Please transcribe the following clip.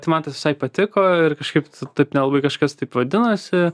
tai man tas visai patiko ir kažkaip taip nelabai kažkas taip vadinosi